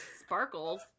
sparkles